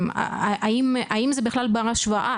האם זה בכלל בר השוואה,